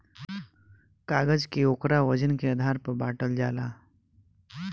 कागज के ओकरा वजन के आधार पर बाटल जाला